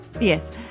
Yes